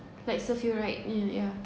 like serve you right yeah yeah